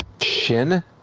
Shin